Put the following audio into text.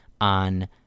on